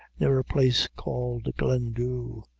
near a place called glendhu,